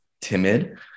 timid